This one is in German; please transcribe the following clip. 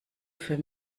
für